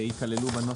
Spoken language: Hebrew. מי נגד?